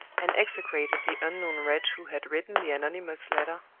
and execrated the unknown wretch who had written the anonymous letter,